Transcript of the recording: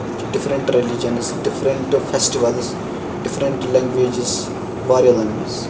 چھُ different religions different festivals different languages واریاہ languages